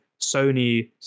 Sony